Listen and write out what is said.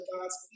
God's